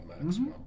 Maxwell